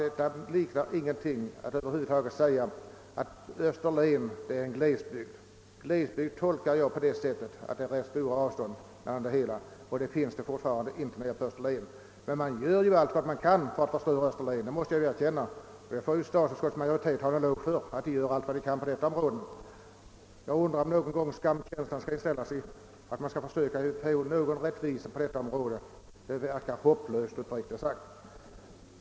Det liknar nämligen ingenting att säga att Österlen är en glesbygd. En glesbygd anser jag vara en bygd med stora avstånd, och sådana finns det fortfarande inte i Österlen. Men man gör ju allt vad man kan för att förstöra Österlen — det måste jag ju erkänna. Statsutskottet skall ha en eloge för att det gör allt det kan på detta område. Jag undrar om skamkänslan någon gång skall inställa sig, så att det kan åstadkommas någon rättvisa på detta område. Det verkar uppriktigt sagt hopplöst.